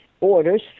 orders